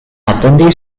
atendi